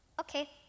Okay